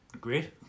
great